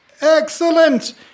Excellent